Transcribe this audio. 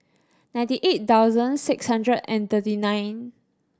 ninety eight thousand six hundred and thirty nine